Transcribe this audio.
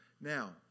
Now